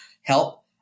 help